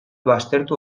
baztertu